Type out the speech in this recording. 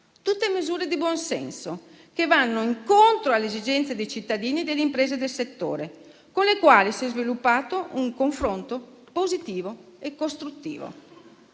tutte misure di buon senso, che vanno incontro alle esigenze dei cittadini e delle imprese del settore, con le quali si è sviluppato un confronto positivo e costruttivo.